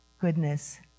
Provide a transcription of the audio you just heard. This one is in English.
goodness